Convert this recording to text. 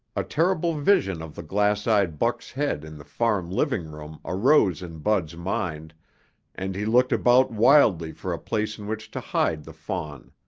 a terrible vision of the glass-eyed buck's head in the farm living room arose in bud's mind and he looked about wildly for a place in which to hide the fawn.